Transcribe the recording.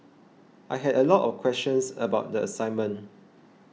I had a lot of questions about the assignment